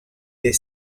des